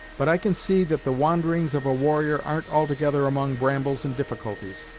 but i can see that the wanderings of a warrior aren't altogether among brambles and difficulties.